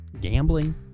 gambling